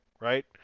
right